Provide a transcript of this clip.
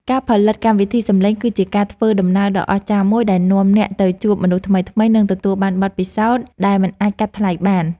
ការផលិតកម្មវិធីសំឡេងគឺជាការធ្វើដំណើរដ៏អស្ចារ្យមួយដែលនាំអ្នកទៅជួបមនុស្សថ្មីៗ និងទទួលបានបទពិសោធន៍ដែលមិនអាចកាត់ថ្លៃបាន។